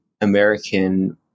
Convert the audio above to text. American